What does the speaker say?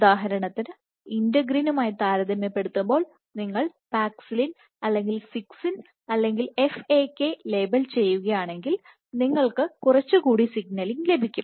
ഉദാഹരണത്തിന് ഇന്റഗ്രിനുമായി താരതമ്യപ്പെടുത്തുമ്പോൾ നിങ്ങൾ പാക്സിലിൻ അല്ലെങ്കിൽ സിക്സിൻ അല്ലെങ്കിൽ FAK ലേബൽ ചെയ്യുകയാണെങ്കിൽ നിങ്ങൾക്ക് കുറച്ച് സിഗ്നലിംഗ് ലഭിക്കും